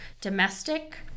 domestic